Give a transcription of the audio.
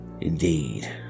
Indeed